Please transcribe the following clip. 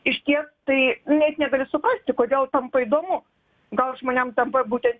išties tai net negaliu suprasti kodėl tampa įdomu gal žmonėm tampa būtent